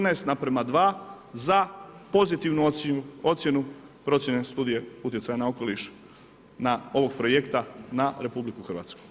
14:2 za pozitivnu ocjenu procjene studije utjecaja na okoliš ovog projekta na RH.